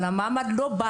אבל מעמד המקצוע לא בא